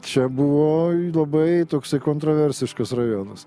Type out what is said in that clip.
čia buvo labai toksai kontroversiškas rajonas